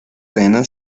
arena